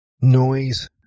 noise